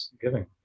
giving